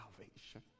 salvation